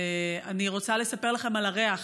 ואני רוצה לספר לכם על הריח